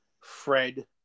Fred